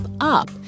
up